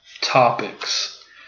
topics